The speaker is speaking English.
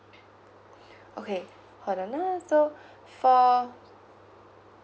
okay hold on ah so for